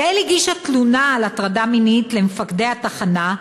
יעל הגישה תלונה על הטרדה מינית למפקדי התחנה,